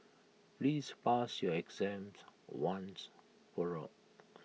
please pass your exams once for all